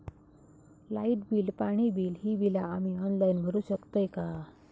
Light bill, पाणी bill, ही बिला आम्ही ऑनलाइन भरू शकतय का?